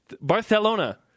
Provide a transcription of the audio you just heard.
Barcelona